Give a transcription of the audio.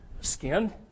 skin